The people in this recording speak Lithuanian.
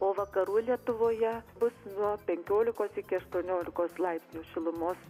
o vakarų lietuvoje bus nuo penkiolikos iki aštuoniolikos laipsnių šilumos